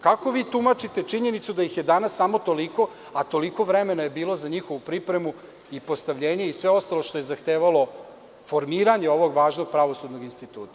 Kako vi tumačite činjenicu da ih je danas samo toliko, a toliko vremena je bilo za njihovu pripremu i postavljenje i sve ostalo što je zahtevalo formiranje ovog važnog pravosudnog instituta.